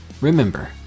Remember